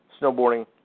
snowboarding